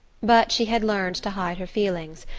but she had learned to hide her feelings,